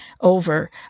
over